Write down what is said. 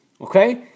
okay